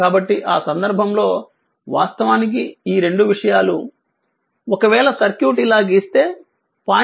కాబట్టి ఆ సందర్భంలో వాస్తవానికి ఈ రెండు విషయాలు ఒకవేళ సర్క్యూట్ ఇలా గీస్తే 0